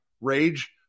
Rage